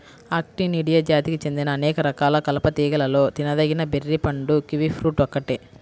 Actinidia జాతికి చెందిన అనేక రకాల కలప తీగలలో తినదగిన బెర్రీ పండు కివి ఫ్రూట్ ఒక్కటే